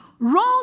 Roll